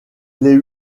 les